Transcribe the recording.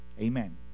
amen